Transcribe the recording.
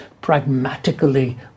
pragmatically